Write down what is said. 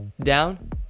down